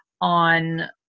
on